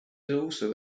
also